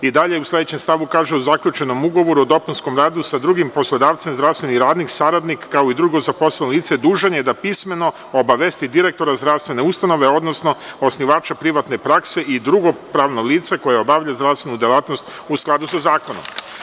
U sledećem stavu kaže – u zaključenom ugovoru o dopunskom radu sa drugim poslodavcem, zdravstveni radnik, saradnik, kao i drugo zaposleno lice, dužan je da pismeno obavesti direktora zdravstvene ustanove, odnosno osnivača privatne prakse i drugo pravno lice koje obavlja zdravstvenu delatnost u skladu sa zakonom.